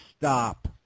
stop